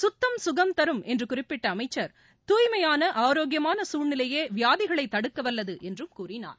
சுத்தம் சுகம் தரும் என்று குறிப்பிட்ட அமைச்சர் தூய்மையான ஆரோக்கியமான சூழ்நிலையே வியாதிகளை தடுக்கவல்லது என்றும் கூறினார்